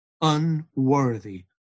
unworthy